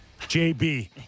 jb